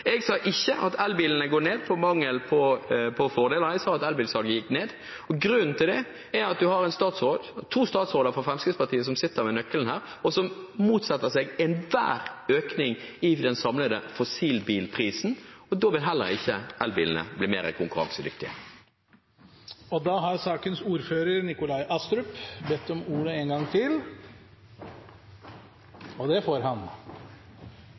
Jeg sa ikke at antall elbiler går ned på grunn av mangel på fordeler. Jeg sa at elbilsalget gikk ned, og grunnen til det er at vi har to statsråder fra Fremskrittspartiet som sitter med nøkkelen her, og som motsetter seg enhver økning i den samlede fossilbilprisen, og da vil heller ikke elbilene bli mer konkurransedyktige. Når det gjelder kvotepliktig sektor, oppfatter jeg at representanten Heikki Eidsvoll Holmås tar feil av flere grunner. Det